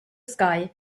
sky